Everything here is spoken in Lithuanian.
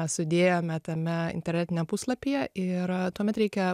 sudėjome tame internetiniam puslapyje ir tuomet reikia